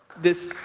this